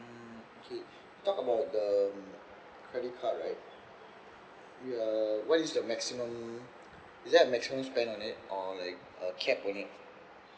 mm okay talk about the credit card right we are what is the maximum is there a maximum spend on it or like a cap on it